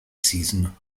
season